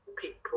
people